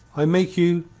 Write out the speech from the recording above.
i make you,